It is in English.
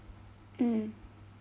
mm